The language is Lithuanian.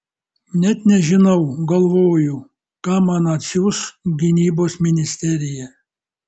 net nežinau galvoju ką man atsiųs gynybos ministerija